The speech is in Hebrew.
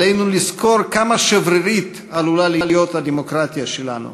עלינו לזכור כמה שברירית עלולה להיות הדמוקרטיה שלנו,